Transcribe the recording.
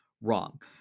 wrong